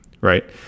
right